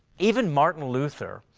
even martin luther,